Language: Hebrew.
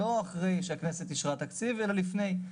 לא אחרי שהכנסת אישרה תקציב אלא לפני.